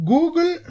Google